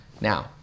now